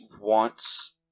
wants